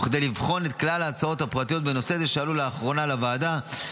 וכדי לבחון את כלל ההוצאות הפרטיות בנושא זה שעלו לאחרונה לוועדה,